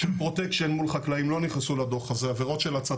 של פרוטקשן מול חקלאים לא נכנסו לדו"ח הזה.